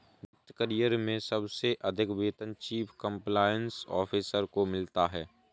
वित्त करियर में सबसे अधिक वेतन चीफ कंप्लायंस ऑफिसर को मिलता है